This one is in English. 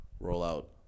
rollout